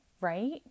right